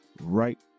right